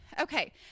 okay